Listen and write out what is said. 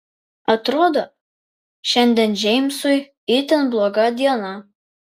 atrodo šiandien džeimsui itin bloga diena